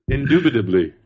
Indubitably